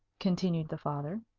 continued the father,